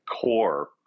core